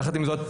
יחד עם זאת,